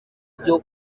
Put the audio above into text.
mubyo